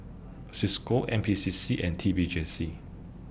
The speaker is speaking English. CISCO N P C C and T P J C